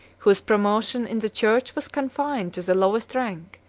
whose promotion in the church was confined to the lowest rank,